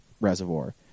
reservoir